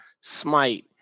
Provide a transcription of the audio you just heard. Smite